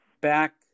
back